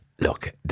look